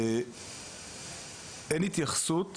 אין התייחסות